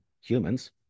humans